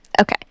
Okay